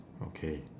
okay